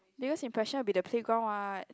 biggest impression will be the playground [what]